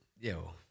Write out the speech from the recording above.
Yo